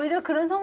you know cockerel.